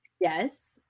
yes